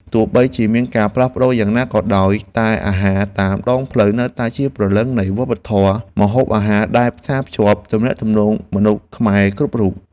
ទោះបីជាមានការផ្លាស់ប្តូរយ៉ាងណាក៏ដោយតែអាហារតាមដងផ្លូវនៅតែជាព្រលឹងនៃវប្បធម៌ម្ហូបអាហារដែលផ្សារភ្ជាប់ ទំនាក់ទំនងមនុស្សខ្មែរគ្រប់រូប។